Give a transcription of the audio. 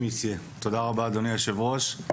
תודה רבה אדוני יושב הראש.